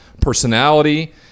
personality